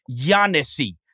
Giannis